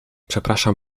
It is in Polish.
przepraszam